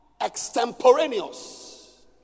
extemporaneous